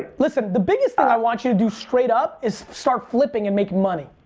listen, the biggest thing i want you to do, straight up, is start flipping and making money.